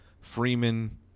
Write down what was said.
Freeman